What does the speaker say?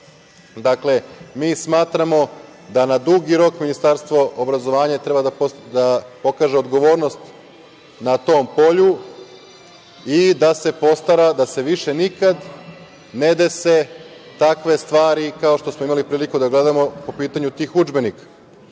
mi smatramo da na dugi rok Ministarstvo obrazovanja treba da pokaže odgovornost na tom polju i da se postara da se više nikada ne dese takve stvari kao što smo imali priliku da gledamo po pitanju tih udžbenika. Sa